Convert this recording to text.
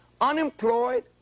unemployed